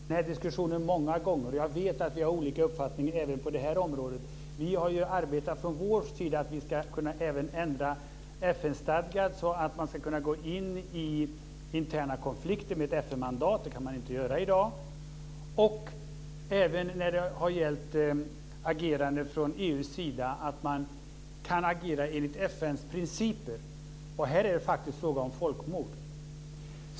Fru talman! Det är det naturligtvis inte. Vi har haft den här diskussionen många gånger, och jag vet att vi har olika uppfattningar även på det här området. Vi har ju från vår sida arbetat för att ändra FN stadgan så att man ska kunna gå in i interna konflikter med ett FN-mandat. Det kan man inte göra i dag. Det har även gällt agerandet från EU:s sida, att man kan agera enligt FN:s principer. Här är det faktiskt fråga om folkmord.